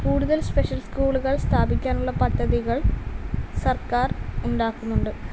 കൂടുതൽ സ്പെഷ്യൽ സ്കൂളുകൾ സ്ഥാപിക്കാനുള്ള പദ്ധതികൾ സർക്കാർ ഉണ്ടാക്കുന്നുണ്ട്